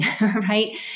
right